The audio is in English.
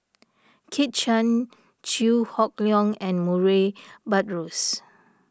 Kit Chan Chew Hock Leong and Murray Buttrose